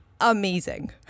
amazing